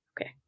Okay